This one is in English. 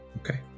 Okay